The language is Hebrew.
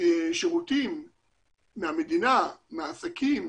שירותים מהמדינה, מהעסקים,